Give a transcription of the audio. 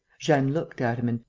jeanne looked at him and,